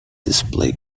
design